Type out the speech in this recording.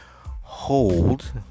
hold